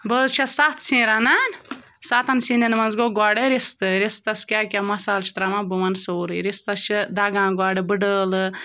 بہٕ حظ چھٮ۪س سَتھ سِنۍ رَنان سَتَن سِنٮ۪ن منٛز گوٚو گۄڈٕ رِستہٕ رِستَس کیٛاہ کیٛاہ مَصالہٕ چھِ ترٛاوان بہٕ وَنہٕ سورُے رِستَس چھِ دَگان گۄڈٕ بڈٕ عٲلہٕ